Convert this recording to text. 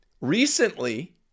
recently